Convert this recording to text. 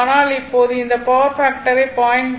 ஆனால் இப்போது அந்த பவர் ஃபாக்டரை 0